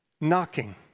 knocking